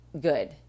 good